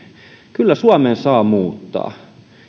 kyllä suomeen saa muuttaa